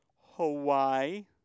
Hawaii